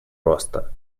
роста